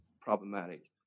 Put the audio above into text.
problematic